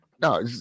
No